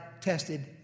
tested